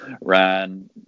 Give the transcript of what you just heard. ran